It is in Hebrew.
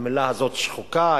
המלה הזאת שחוקה.